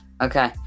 okay